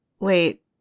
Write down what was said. wait